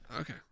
Okay